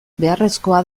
beharrezkoa